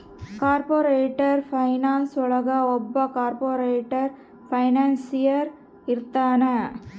corporate finance ಒಳಗ ಒಬ್ಬ corporate financier ಇರ್ತಾನ